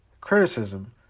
criticism